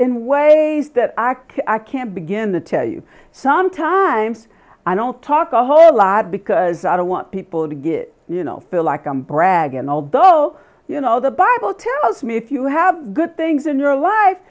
in ways that act i can't begin to tell you sometimes i don't talk a whole lot because i don't want people to get you know bill i can brag and although you know the bible tells me if you have good things in your life